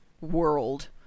world